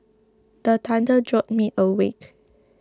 the thunder jolt me awake